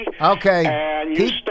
Okay